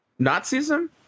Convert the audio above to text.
Nazism